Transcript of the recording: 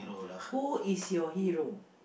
who is your hero